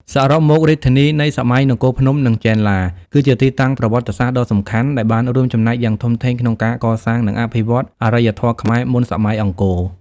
សរុបមក រាជធានីនៃសម័យនគរភ្នំ និងចេនឡា គឺជាទីតាំងប្រវត្តិសាស្ត្រដ៏សំខាន់ដែលបានរួមចំណែកយ៉ាងធំធេងក្នុងការកសាង និងអភិវឌ្ឍអរិយធម៌ខ្មែរមុនសម័យអង្គរ។